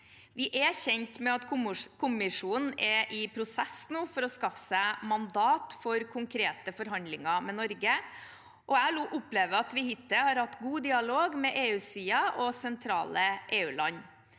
Vi er kjent med at Kommisjonen nå er i prosess for å skaffe seg mandat for konkrete forhandlinger med Norge. Jeg opplever at vi hittil har hatt god dialog med EU-siden og sentrale EU-land.